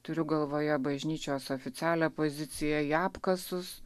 turiu galvoje bažnyčios oficialią poziciją į apkasus